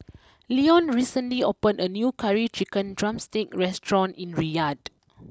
Leone recently opened a new Curry Chicken Drumstick restaurant in Riyadh